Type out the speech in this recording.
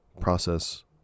process